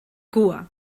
cua